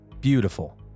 Beautiful